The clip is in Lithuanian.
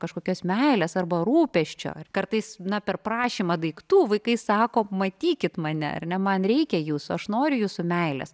kažkokios meilės arba rūpesčio ar kartais na per prašymą daiktų vaikai sako matykit mane ar ne man reikia jūsų aš noriu jūsų meilės